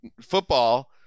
football